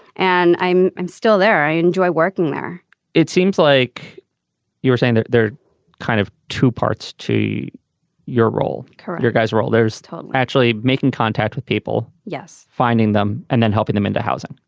and i'm i'm still there. i enjoy working there it seems like you were saying that there kind of two parts to your role character guys are all there is actually making contact with people. yes finding them and then helping them into housing.